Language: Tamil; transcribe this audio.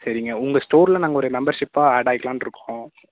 சரிங்க உங்கள் ஸ்டோரில் நாங்கள் ஒரு மெம்பெர்ஷிப்பாக ஆட் ஆகிக்கிலானு இருக்கோம்